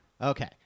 Okay